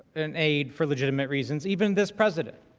an aide for legitimate reasons even this president